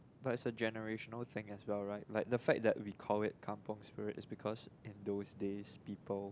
but it's a generational thing as well right like the fact that we call it Kampung spirit is because in those days people